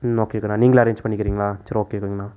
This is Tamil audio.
ம் ஓகே தாண்ணா நீங்களே அரேஞ்ச் பண்ணிக்கிறிங்களா சரி ஓகேதாங்கண்ணா